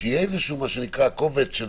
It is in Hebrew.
שיהיה איזשהו קובץ של